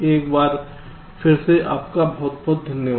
एक बार फिर से आपका बहुत बहुत धन्यवाद